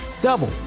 Double